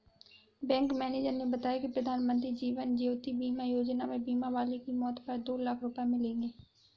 bank manager ने बताया कि प्रधानमंत्री जीवन ज्योति बीमा योजना में बीमा वाले की मौत पर दो लाख रूपये मिलेंगे